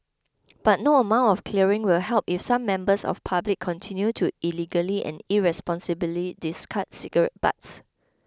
but no amount of clearing will help if some members of public continue to illegally and irresponsibly discard cigarette butts